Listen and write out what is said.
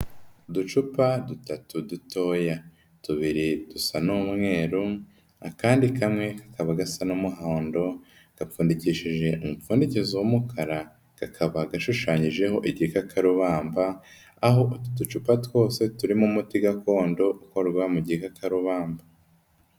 Uducupa dutatu dutoya, tubiri dusa n'umweru, akandi kamwe kakaba gasa n'umuhondo, gapfundikishije umpfundikizo w'umukara, kakaba gashushanyijeho igikakarubamba, aho utu ducupa twose turimo umuti gakondo uva mu gikakarubamba.